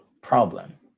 problem